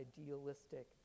idealistic